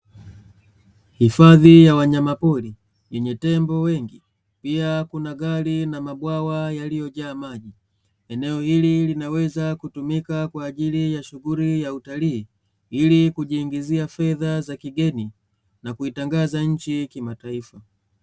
Hifadhi ya wanyama pori yenye tembo wengi, pia kuna gari na mabwawa yaliyojaa maji, eneo hili linaweza kutumika kwa ajili ya shughuli ya utalii, ilikujiingizia fedha ya kigeni, na kuitangaza nchi kimataifa.